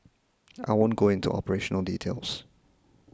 I won't go into operational details